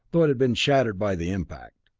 though it had been shattered by the impact.